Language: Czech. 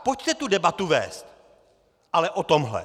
Pojďte tu debatu vést, ale o tomhle.